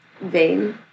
Vain